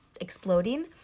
exploding